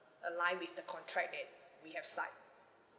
align with the contract that we have sign